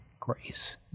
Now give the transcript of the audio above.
grace